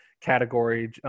category